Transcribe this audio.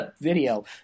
video